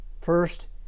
First